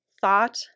thought